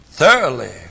Thoroughly